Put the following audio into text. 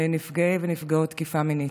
נפגעי ונפגעות תקיפה מינית.